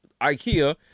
IKEA